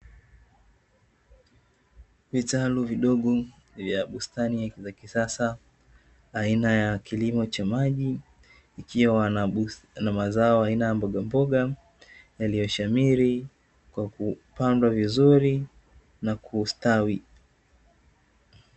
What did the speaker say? Vitalu vidogo vya bustani za kisasa aina ya kilimo cha maji, ikiwa na mazao aina ya mbogamboga yaliyoshamiri kwa kupandwa vizuri na kustawi.